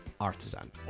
Artisan